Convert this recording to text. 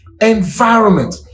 environment